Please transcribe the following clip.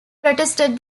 protested